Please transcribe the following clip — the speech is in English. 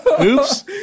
oops